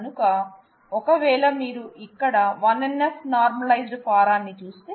కనుక ఒకవేళ మీరు ఇక్కడ 1 NF నార్మలైజ్డ్ ఫారాన్ని చూస్తే